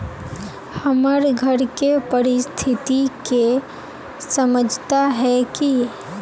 हमर घर के परिस्थिति के समझता है की?